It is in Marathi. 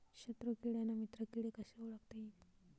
शत्रु किडे अन मित्र किडे कसे ओळखता येईन?